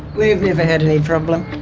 we've never had any problem.